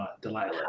Delilah